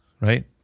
right